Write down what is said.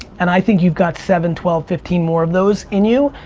and i think you've got seven, twelve, fifteen more of those in you.